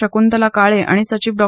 शकुंतला काळे आणि सचिव डॉ